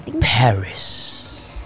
Paris